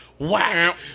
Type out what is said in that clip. Whack